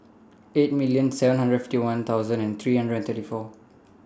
eight million seven hundred fifty one thousand and three hundred and thirty four